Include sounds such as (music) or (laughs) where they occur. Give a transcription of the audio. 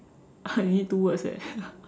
(breath) you need two words eh (laughs)